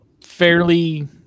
fairly